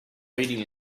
reading